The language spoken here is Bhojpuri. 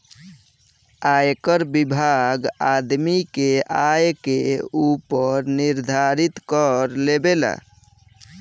आयकर विभाग आदमी के आय के ऊपर निर्धारित कर लेबेला